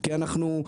כי אנחנו,